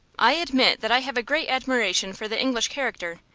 i admit that i have a great admiration for the english character.